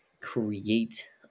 create